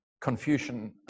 Confucian